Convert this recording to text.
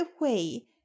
away